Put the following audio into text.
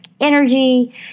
energy